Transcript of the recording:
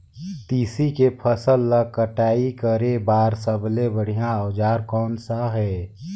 तेसी के फसल ला कटाई करे बार सबले बढ़िया औजार कोन सा हे?